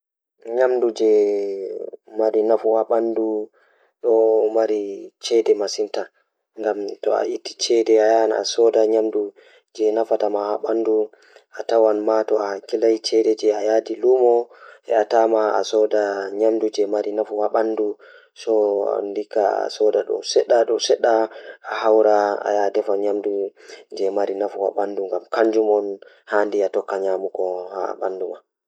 Haa njiɗi ko fiyaa, ɓe njannde ko fayde e ngoodi, ko ɓuri woni daande, e teddungal e maayoowal. Haa, moƴƴere ngoodi ko ɓe njannde waawataa, ɗum weli fiyaa woni ngam waɗde ko saare be nder njannde mum, walla waawataa. Ko wonaa waɗde ɓe njannde waawataa, wootere faayde fowte.